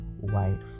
wife